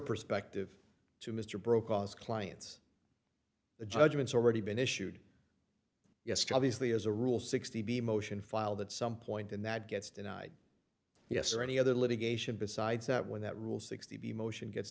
perspective to mr brokaw's clients the judgments already been issued yes job easily as a rule sixty b motion filed at some point and that gets denied us or any other litigation besides that when that rule sixty b motion gets